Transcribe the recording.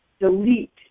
delete